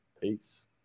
Peace